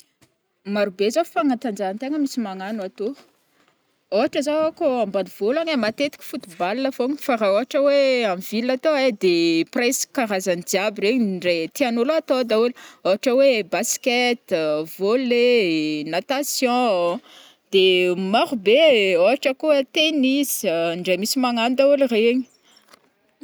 Maro be zao fagnatanjahantegna misy magnano atô, ôhatra zao kô ambanivolo agny matetiky football fogna fa ra ôhatra oe amy ville atô ai de presque karazagny jiaby regny ndrai tian'ôlo atao daôly, ôtra oe basket, volley, natation, de maro be ôhatra koa oe tennis ndrai misy magnagno daôlo regny.